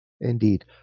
indeed